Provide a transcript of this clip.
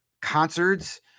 concerts